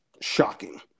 shocking